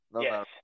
Yes